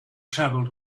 travelled